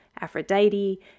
Aphrodite